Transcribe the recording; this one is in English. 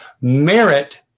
merit